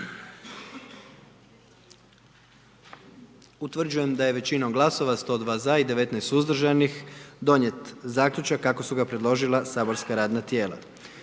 Utvrđujem da je većinom glasova 78 za i 1 suzdržan i 20 protiv donijet zaključak kako ga je predložilo matično saborsko radno tijelo.